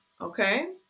Okay